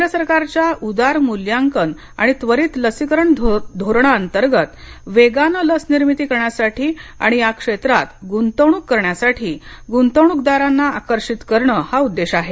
केंद्रसरकारच्या उदार मुल्यांकन आणि त्वरित लसीकरण धोरणा अंतर्गत वेगाने लस निर्मिती करण्यासाठी आणि या क्षेत्रात गुंतवणूक करण्यासाठी गंतवणूकदारांना आकर्षित करण हा उद्देश आहे